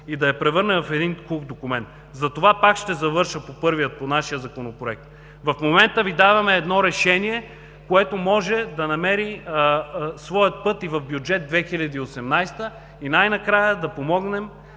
и да я превърне в един кух документ. Затова пак ще завърша по първия, по нашия Законопроект. В момента Ви даваме едно решение, което може да намери своя път и в бюджет 2018 г., и най-накрая да помогнем